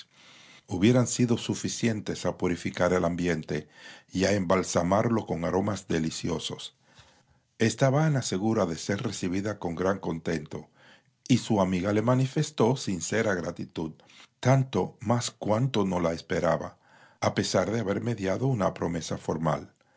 hubieran sido suficientes a purificar el ambiente y a embalsamarlo con aromas deliciososestaba ana segura de ser recibida con gran contentó y su amiga le manifestó sincera gratitud tanto más cuanto que no la esperaba a pesar du haber mediado una promesa formal